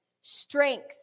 strength